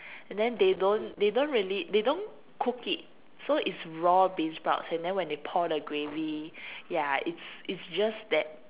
and then they don't they don't really they don't cook it so it's raw beansprouts and then when they pour the gravy ya it's it's just that